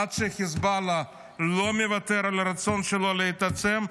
עד שחיזבאללה לא מוותר על הרצון שלו להתעצם,